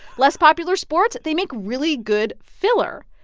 less popular sports they make really good filler.